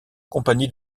compagnie